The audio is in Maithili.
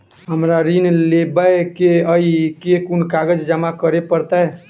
हमरा ऋण लेबै केँ अई केँ कुन कागज जमा करे पड़तै?